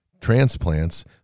transplants